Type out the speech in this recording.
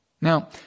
Now